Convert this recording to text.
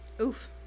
Oof